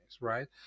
right